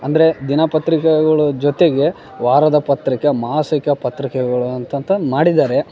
ಅಂದರೆ ದಿನ ಪತ್ರಿಕೆಗಳ ಜೊತೆಗೆ ವಾರದ ಪತ್ರಿಕೆ ಮಾಸಿಕ ಪತ್ರಿಕೆಗಳು ಅಂತಂತ ಮಾಡಿದ್ದಾರೆ